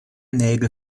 nägel